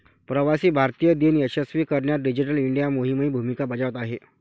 प्रवासी भारतीय दिन यशस्वी करण्यात डिजिटल इंडिया मोहीमही भूमिका बजावत आहे